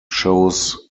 shows